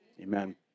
Amen